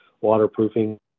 waterproofing